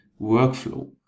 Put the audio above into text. workflow